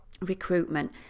recruitment